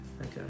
Okay